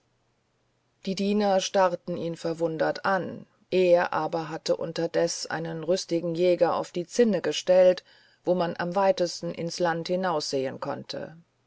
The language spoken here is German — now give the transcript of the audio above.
die diener starrten ihn verwundert an er aber hatte unterdes einen rüstigen jäger auf die zinne gestellt wo man am weitsten ins land hinaussehen konnte